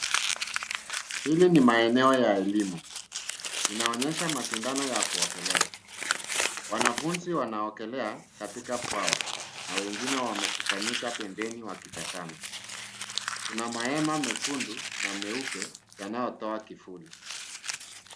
Hili ni maeneo ya elimu. Inaonyesha mashindano ya kuogelea. Wanafunzi wanaogelea katika bwawa na wengine wamekusanyika pembeni wakitazama. Kuna mahema mekundu na meupe yanayotoa kivuli.